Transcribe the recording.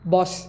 Boss